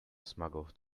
smuggled